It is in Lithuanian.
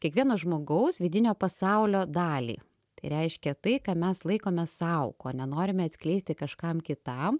kiekvieno žmogaus vidinio pasaulio dalį tai reiškia tai ką mes laikome sau ko nenorime atskleisti kažkam kitam